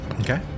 Okay